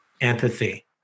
empathy